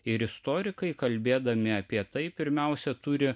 ir istorikai kalbėdami apie tai pirmiausia turi